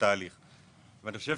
אני חושב